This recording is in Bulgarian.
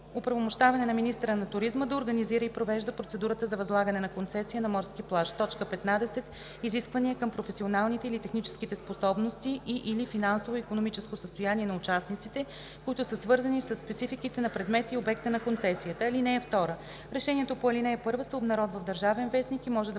оправомощаване на министъра на туризма да организира и провежда процедурата за възлагане на концесия на морския плаж; 15. изисквания към професионалните или техническите способности и/или финансовото и икономическото състояние на участниците, които са свързани със спецификите на предмета и обекта на концесията. (2) Решението по ал. 1 се обнародва в „Държавен вестник“ и може да